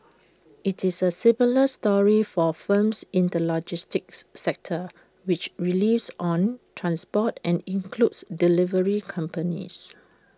IT is A similar story for firms in the logistics sector which relies on transport and includes delivery companies